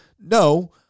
no